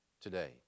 today